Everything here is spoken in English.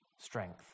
strength